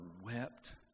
wept